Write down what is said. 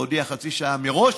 להודיע חצי שעה מראש,